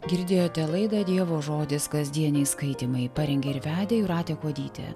girdėjote laidą dievo žodis kasdieniai skaitymai parengė ir vedė jūratė kuodytė